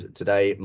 today